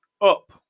up